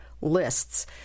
lists